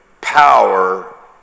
power